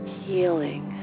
healing